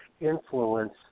influence